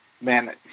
man